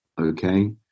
okay